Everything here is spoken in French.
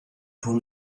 pour